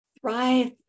thrive